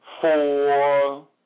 four